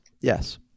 yes